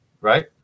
Right